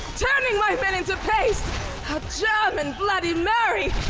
turning my men into paste! a german bloody mary!